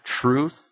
truth